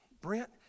Brent